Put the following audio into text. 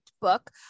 book